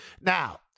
Now